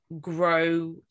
grow